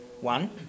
One